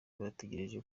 bategereje